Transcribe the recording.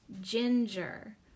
Ginger